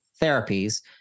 therapies